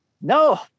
No